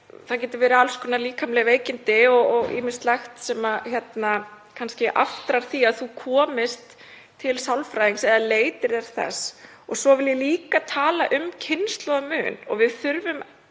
geta verið alls konar líkamleg veikindi og ýmislegt sem aftrar því að þú komist til sálfræðings eða leitir eftir því. Svo vil ég líka tala um kynslóðamun og við þurfum